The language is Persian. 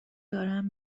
دارم